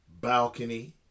balcony